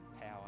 power